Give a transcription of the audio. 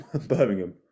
Birmingham